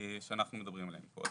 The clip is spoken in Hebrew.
שאנחנו מדברים עליהם פה.